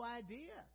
idea